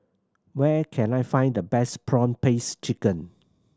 where can I find the best prawn paste chicken